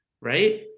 right